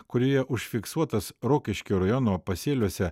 kurioje užfiksuotas rokiškio rajono pasėliuose